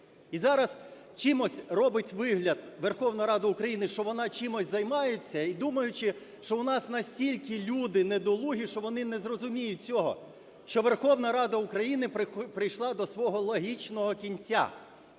І зараз робить вигляд Верховна Рада України, що вона чимось займається. І думаючи, що у нас настільки люди недолугі, що вони не зрозуміють цього, що Верховна Рада України прийшла до свого логічного кінця,